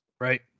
Right